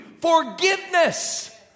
forgiveness